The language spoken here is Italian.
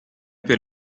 per